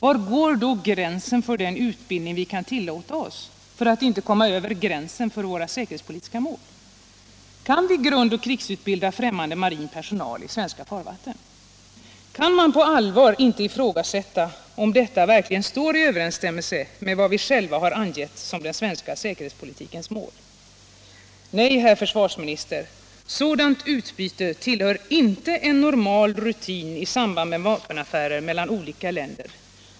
Var går då gränsen för den utbildning vi kan tillåta oss för att inte komma över gränsen för våra säkerhetspolitiska mål? Kan vi grundoch krigsutbilda främmande marin personal i svenska farvatten? Kan man inte på allvar ifrågasätta om det verkligen står i överensstämmelse med vad vi själva har angett som den svenska säkerhetspolitikens mål? Nej, herr försvarsminister, ett sådant utbyte tillhör inte en normal rutin i samband med vapenaffärer mellan olika länder.